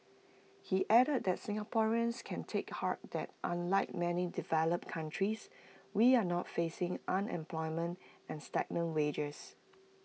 he added that Singaporeans can take heart that unlike many developed countries we are not facing unemployment and stagnant wages